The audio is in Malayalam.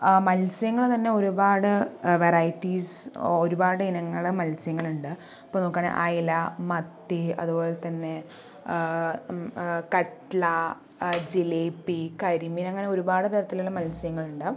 ആ മത്സ്യങ്ങള് തന്നെ ഒരുപാട് വെറൈറ്റീസ് ഒരുപാട് ഇനങ്ങള് മത്സ്യങ്ങള് ഉണ്ട് ഇപ്പോൾ നോക്കാണേ അയല മത്തി അതുപോലെ തന്നെ കട്ട്ല ജിലേബി കരിമീൻ അങ്ങനെ ഒരുപാട് തരത്തിലുള്ള മത്സ്യങ്ങള് ഉണ്ട്